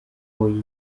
oya